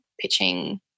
pitching